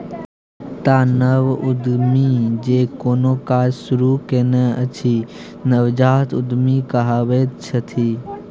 एकटा नव उद्यमी जे कोनो काज शुरूए केने अछि नवजात उद्यमी कहाबैत छथि